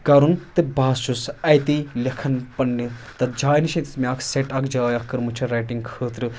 کَرُن تہٕ بہٕ ہس چھُس اَتی لٮ۪کھان پںٛنہِ تَتھ جایہِ نِش ییٚتھس مےٚ اَکھ سٮ۪ٹ اَکھ جاے اَکھ کٔرمٕژ چھِ رایٹِنٛگ خٲطرٕ